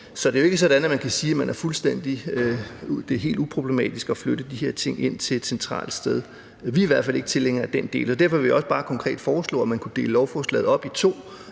Så det er jo ikke sådan, at man kan sige, at det er helt uproblematisk at flytte de her ting ind til et centralt sted. Vi er i hvert fald ikke tilhængere af den del. Derfor vil vi også bare konkret foreslå, at man kunne dele lovforslaget op i to